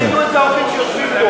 חשוב שידעו את זה האורחים שיושבים פה.